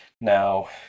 now